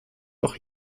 auch